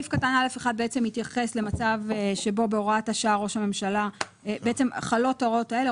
סעיף קטן (א1) מתייחס למצב שבו בהוראת השעה חלות ההוראות האלה,